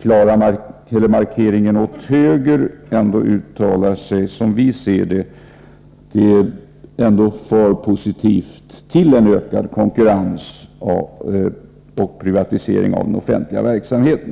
klar markering åt höger, ändå uttalar sig, som vi ser det, alltför positivt för en ökad konkurrens och privatisering av den offentliga verksamheten.